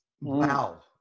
wow